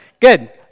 good